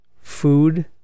food